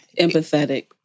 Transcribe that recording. empathetic